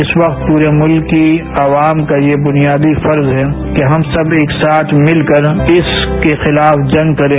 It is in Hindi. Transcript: इस वक्त पूरे मुल्क की अवाम का ये बुनियादी फर्ज है कि हम सब एक साथ मिलकर इसके खिलाफ जंग करें